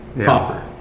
proper